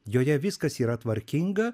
joje viskas yra tvarkinga